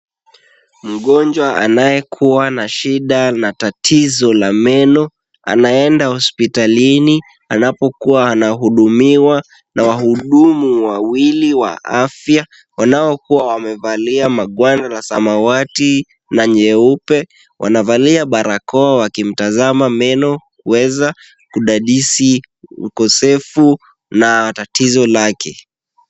Mgonjwa anayekuwa na shida na tatizo la meno anaenda hospitalini, anapokuwa anahudumiwa na wahudumu wawili wa afya, wanaokuwa wamevalia mangwanda la samawati na nyeupe. Wanavalia barakoa wakimtazama meno kuweza kudadisi ukosefu na tatizo lake.